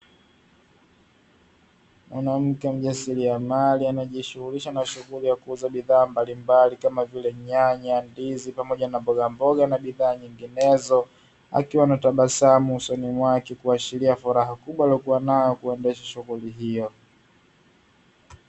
Mwanamke mjasiriamali anayejishughulisha na shughuli ya kuuza bidhaa mbalimbali kama vile: nyanya, ndizi pamoja na mbogamboga na bidhaa nyinginezo akiwa anatabasamu usoni mwake kuashiria furaha kubwa aliyokuwa nayo kuendesha shughuli hiyo.